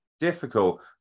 difficult